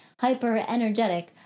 hyper-energetic